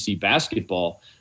basketball